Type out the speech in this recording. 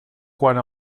quant